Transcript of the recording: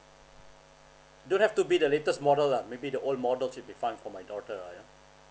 don't have to be the latest model lah maybe the old models should be fine for my daughter yeah